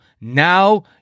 now